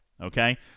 Okay